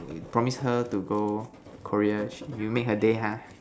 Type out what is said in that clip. you promise her to go Korea she you made her day ha